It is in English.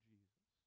Jesus